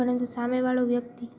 પરંતુ સામેવાળો વ્યક્તિ